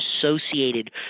associated